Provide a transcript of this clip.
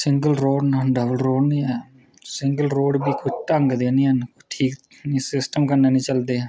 single road ऐ double road नीं ऐ सिंगल रोड़ बी कोई ढंग दे नीं ऐ न ठीक सिस्टम कन्नै नीं चलदे ऐ न